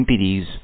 MPDs